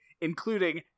including